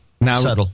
Now